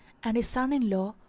and his son-in-law,